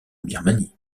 birmanie